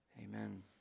Amen